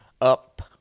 up